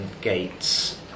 Gates